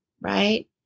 right